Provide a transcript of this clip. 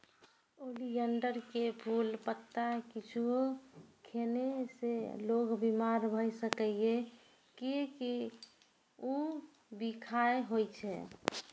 oleander के फूल, पत्ता किछुओ खेने से लोक बीमार भए सकैए, कियैकि ऊ बिखाह होइ छै